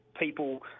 people